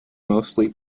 mostly